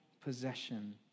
possession